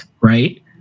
right